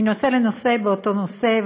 מנושא לנושא באותו נושא,